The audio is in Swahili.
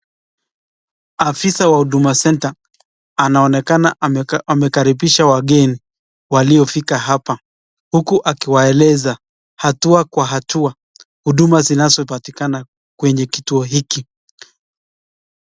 Fisa wa huduma senda anaonekana amekaribisha wageni waliofika hapa, huku akiwaeleza hatua kwa hatua huduma zinazopatikana kwenye kituo hiki.